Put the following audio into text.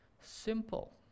simple